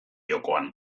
jokoan